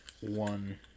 one